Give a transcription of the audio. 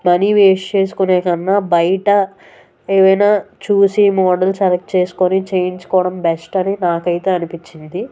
money waste చేసుకునే కన్నా బయట ఏవయినా చూసి మోడల్ సెలెక్ట్ చేసుకొని చేయించుకోవడం బెస్ట్ అని నాకు అయితే అనిపించింది